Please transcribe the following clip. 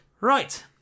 Right